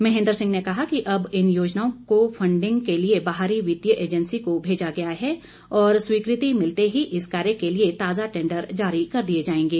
महेन्द्र सिंह ने कहा कि अब इन योजनाओं को फंडिंग के लिए बाहरी वित्तीय एजेंसी को भेजा गया है और स्वीकृति मिलते ही इस कार्य के लिए ताजा टेंडर जारी कर दिए जाएंगे